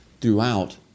throughout